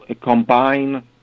combine